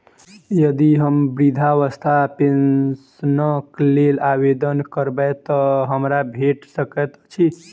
यदि हम वृद्धावस्था पेंशनक लेल आवेदन करबै तऽ हमरा भेट सकैत अछि?